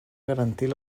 garantir